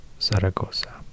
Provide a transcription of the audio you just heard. Zaragoza